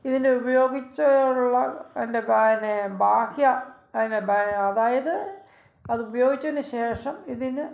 ഇതിൻ്റെ ഉപയോഗിച്ചാലുള്ള അന്റെ ബാ അതിന്റെ ബാഹ്യ അതിനെ അതായത് അത് ഉപയോഗിച്ചതിന് ശേഷം ഇതിന്